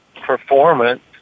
performance